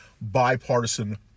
bipartisan